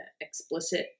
explicit